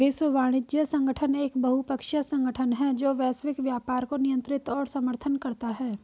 विश्व वाणिज्य संगठन एक बहुपक्षीय संगठन है जो वैश्विक व्यापार को नियंत्रित और समर्थन करता है